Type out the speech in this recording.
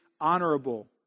honorable